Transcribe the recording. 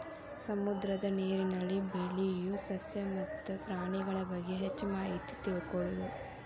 ಸಮುದ್ರದ ನೇರಿನಲ್ಲಿ ಬೆಳಿಯು ಸಸ್ಯ ಮತ್ತ ಪ್ರಾಣಿಗಳಬಗ್ಗೆ ಹೆಚ್ಚ ಮಾಹಿತಿ ತಿಳಕೊಳುದು